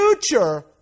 future